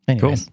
Cool